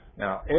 Now